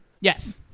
Yes